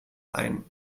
ein